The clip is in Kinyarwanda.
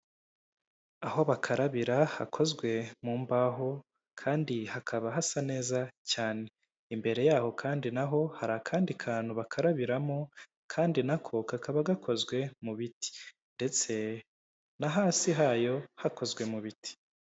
Aho bakarabira hakozwe mu mbaho, kandi hakaba hasa neza cyane, imbere yaho kandi naho, hakaba hari akandi kantu bakarabiramo, kandi na ko kakaba gakozwe mu biti, ndetse no hasi hayo hakozwe mu biti.